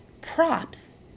props